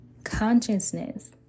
consciousness